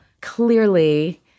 Clearly